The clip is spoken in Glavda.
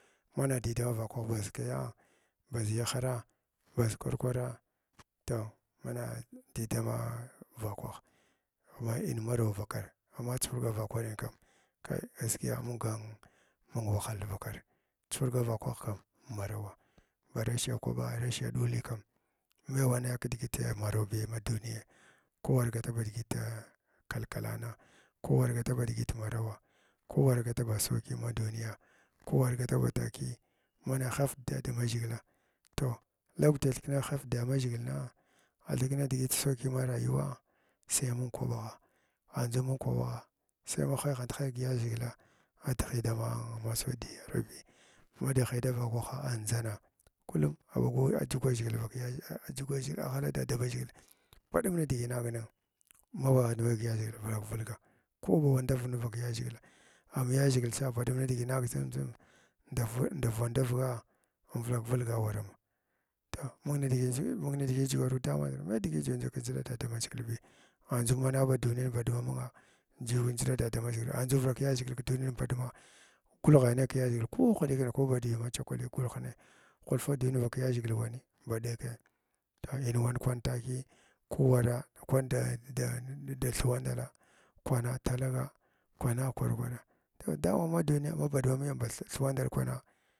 Mana di darakwah baʒkaya baʒ ya a hara baʒ kwar kwarag toh mana mana dii da ma vakwah ma in maraw vakar amma chuhurga vakwanin kam ka kai gaskiya munga mung wahal vakar, chuhurga vakwana kam mung manar ba rashiya kwaɓ rashiya duli mai wana’a kidigiti manarbiya kidigiti marawbi ma duniyin, ko war gata badigiti maraw kowar guta ba sanki ma duniyag kowar guthba digi takiyi mang hya’v dadadamaʒhilna athikna digit na saki na rayuwa sai mung kwɓagh andʒu mung kwaɓagha sai ma haighant haigh ʒhgila a dighii dama dama sandiyirubi ma dighii da vakwaha a andʒana kullum a ba ɓagn adʒugwn ʒhigila vak adʒugwa nidigi nag nung ma waa nd vak ya ʒhigila vulak vulga ko bawagh ndavg ning vak yaʒhigil. Vulak vulug nin an yaʒhgila tsa ba ɗum nidigi in vulak vulga awaramg toh mung nidigi mung nidigi jugam kdadamaʒhgila mai nidigit mai udisi taughan jig ki ndʒiɗa dadanaʒhgilbi andʒuu mana ba duniyan baɗumma amunga juyi ki ndʒiɗa dadamaghgili andʒu vulak yaʒhigila ki duniyin ba ɗumma gulgheniy ki yaʒhgila ku hye ɗəkan ko ba diluwa ma chokaliyi gulghinayi huldu digan nvak yaʒhigil kwan ii ba ɗekaa in wan ta kwan takii ku warag ba kra kwan kwan da thuwandala, kwana talaga kwana kwar kwara a dama ma duniya ma ba ɗimma miyan ba thuhura nɗal kwana.